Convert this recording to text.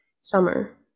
summer